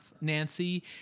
Nancy